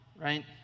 right